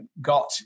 got